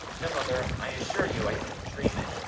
no, mother, i assure you i didn't dream it.